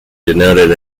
denoted